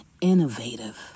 innovative